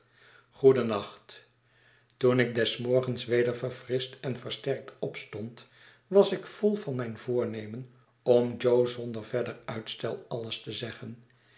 goedennacht toen ik des morgens weder verfrischt en versterkt opstond was ik vol van mijn voornemen om jo zonder verder uitstel alles te zeggen